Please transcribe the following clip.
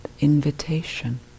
invitation